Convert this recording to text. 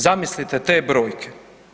Zamislite te brojke.